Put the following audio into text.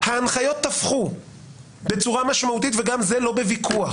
ההנחיות תפחו בצורה משמעותית וגם זה לא בוויכוח.